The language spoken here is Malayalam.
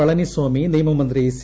പളനിസ്വാമി നിയമമന്ത്രി സി